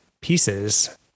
pieces